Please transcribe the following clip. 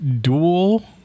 dual